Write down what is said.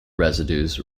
residues